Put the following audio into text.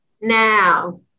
Now